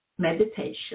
meditation